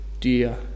dear